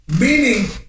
meaning